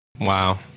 wow